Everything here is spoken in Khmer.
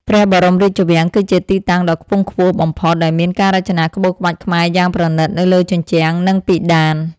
ព្រះបរមរាជវាំងគឺជាទីតាំងដ៏ខ្ពង់ខ្ពស់បំផុត ដែលមានការរចនាក្បូរក្បាច់ខ្មែរយ៉ាងប្រណីតនៅលើជញ្ជាំង និងពិដាន។